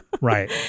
Right